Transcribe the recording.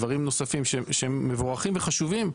דברים נוספים שהם מבורכים וחשובים,